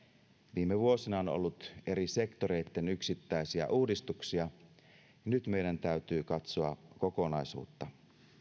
viime vuosina on ollut eri sektoreitten yksittäisiä uudistuksia nyt meidän täytyy katsoa kokonaisuutta